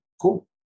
cool